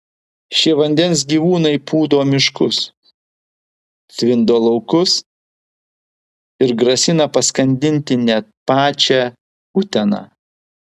šie vandens gyvūnai pūdo miškus tvindo laukus ir grasina paskandinti net pačią uteną